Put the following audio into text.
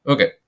Okay